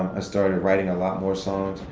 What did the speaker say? i started writing a lot more songs,